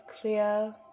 clear